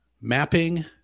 mapping